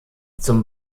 zum